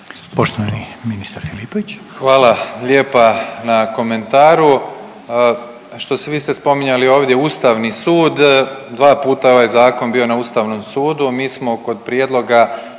Davor (HDZ)** Hvala lijepa na komentaru. Vi ste spominjali ovdje Ustavni sud, dva puta je ovaj zakon bio na Ustavnom sudu, a mi smo kod prijedloga